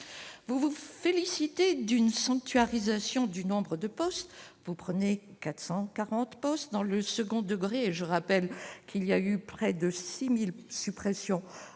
vous vous félicitez d'une sanctuarisation du nombre de postes, vous prenez 440 postes dans le second degré et je rappelle qu'il y a eu près de 6000 suppressions